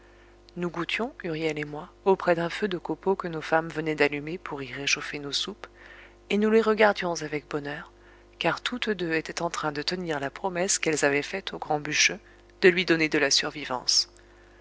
nous goûtions huriel et moi auprès d'un feu de copeaux que nos femmes venaient d'allumer pour y réchauffer nos soupes et nous les regardions avec bonheur car toutes deux étaient en train de tenir la promesse qu'elles avaient faite au grand bûcheux de lui donner de la survivance